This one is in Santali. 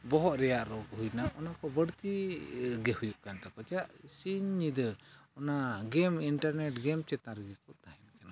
ᱵᱚᱦᱚᱜ ᱨᱮᱭᱟᱜ ᱨᱳᱜᱽ ᱦᱩᱭᱱᱟ ᱚᱱᱟᱠᱚ ᱵᱟᱹᱲᱛᱤᱜᱮ ᱦᱩᱭᱩᱜ ᱠᱟᱱ ᱛᱟᱠᱚᱣᱟ ᱪᱮᱫᱟᱜ ᱥᱤᱧ ᱧᱤᱫᱟᱹ ᱚᱱᱟ ᱜᱮᱢ ᱤᱱᱴᱟᱨᱱᱮᱴ ᱜᱮᱢ ᱪᱮᱛᱟᱱ ᱨᱮᱜᱮ ᱠᱚ ᱛᱟᱦᱮᱱ ᱠᱟᱱᱟ